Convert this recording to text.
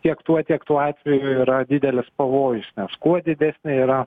tiek tuo tiek tuo atveju yra didelis pavojus nes kuo didesnė yra